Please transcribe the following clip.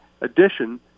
addition